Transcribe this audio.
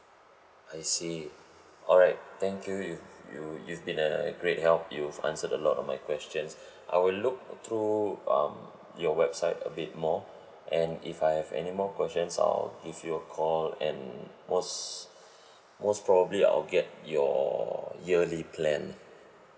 I see alright thank you you you you've been a great help you've answered a lot of my questions I will look through um your website a bit more and if I have any more questions I'll give you a call and most most probably I will get your yearly plan